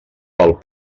pel